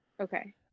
Okay